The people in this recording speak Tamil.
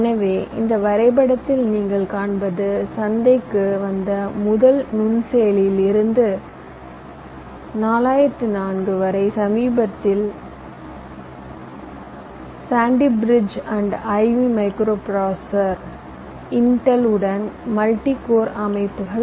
எனவே இந்த வரைபடத்தில் நீங்கள் காண்பது சந்தைக்கு வந்த முதல் நுண்செயலியில் இருந்து 4004 வரை சமீபத்திய சாண்டி பிரிட்ஜ் மற்றும் ஐவி நுண்செயலி இன்டெல் உடன் மல்டி கோர் அமைப்புகள்